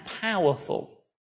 powerful